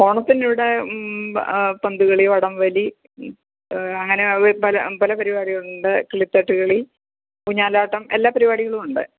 ഓണത്തിനിവിടെ പന്തുകളി വടംവലി അങ്ങനെ വ പല പല പരിപാടികളുണ്ട് കിളിത്തട്ടുകളി ഊഞ്ഞാലാട്ടം എല്ലാ പരിപാടികളുമുണ്ട്